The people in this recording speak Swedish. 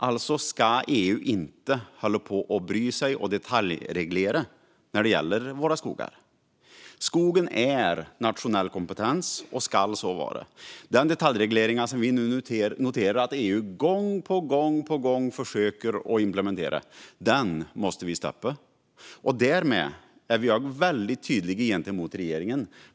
Alltså ska EU inte hålla på och bry sig om och detaljreglera när det gäller våra skogar. Skogen är nationell kompetens och ska så vara. Den detaljreglering som vi noterar att EU gång på gång försöker implementera måste vi stoppa. Därmed har vi varit väldigt tydliga gentemot regeringen.